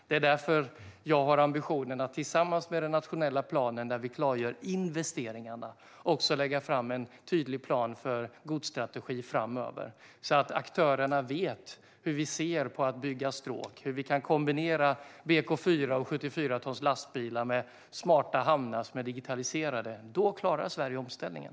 Det är därför som jag har ambitionen att tillsammans med den nationella planen, där vi klargör investeringarna, också lägga fram en tydlig plan för godsstrategin framöver, så att aktörerna vet hur vi ser på att bygga stråk och hur vi kan kombinera BK4 och 74-tonslastbilar med smarta hamnar som är digitaliserade. Då klarar Sverige omställningen.